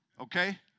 Okay